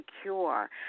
secure